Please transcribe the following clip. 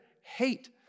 hate